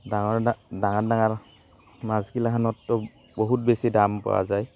ডাঙৰ ডাঙৰ ডাঙৰ মাছগিলাখনতো বহুত বেছি দাম পোৱা যায়